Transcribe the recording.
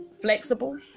flexible